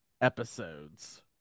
episodes